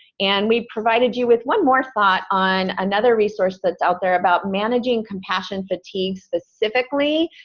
and we've provided you with one more thought on another resource that's out there about managing compassion fatigue specifically.